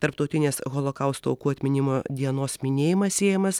tarptautinės holokausto aukų atminimo dienos minėjimas siejamas